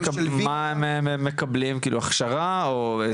מה הם מקבלים כאילו הכשרה, או איזושהי העצמה?